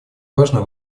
важно